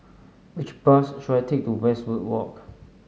which bus should I take to Westwood Walk